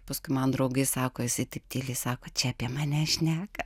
paskui man draugai sako jisai taip tyliai sako čia apie mane šneka